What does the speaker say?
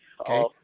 Okay